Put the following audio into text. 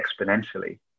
exponentially